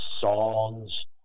songs